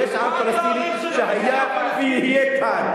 ויש עם פלסטיני שהיה ויהיה כאן.